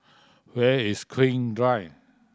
where is King Drive